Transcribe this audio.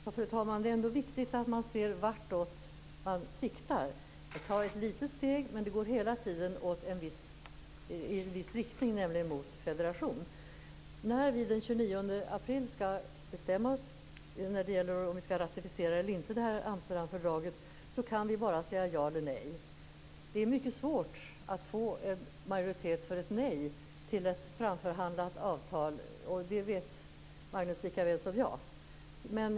Fru talman! Det är ändå viktigt att se vartåt man siktar. Vi tar ett litet steg men det går hela tiden i en viss riktning, nämligen mot en federation. När vi den 29 april skall bestämma oss i frågan om vi skall ratificera eller inte ratificera Amsterdamfördraget kan vi bara säga ja eller nej. Det är mycket svårt att få till stånd en majoritet som säger nej till ett framförhandlat avtal. Det vet Magnus Johansson lika väl som jag.